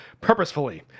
purposefully